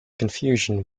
confusion